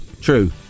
True